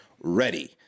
ready